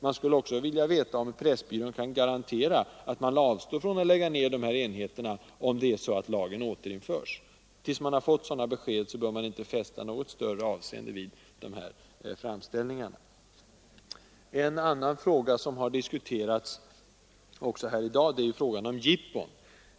Man skulle också vilja veta om Pressbyrån kan garantera att företaget avstår från att lägga ned dessa enheter, om lagen återinförs. Tills vi fått sådant besked, bör vi inte fästa något större avseende vid Pressbyråns framställningar. En annan fråga som har diskuterats också här i dag är frågan om jippon.